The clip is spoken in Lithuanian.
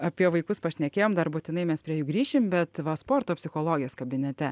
apie vaikus pašnekėjom dar būtinai mes prie jų grįšim bet va sporto psichologės kabinete